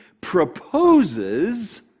proposes